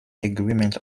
agreement